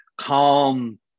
calm